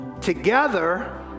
together